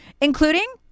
including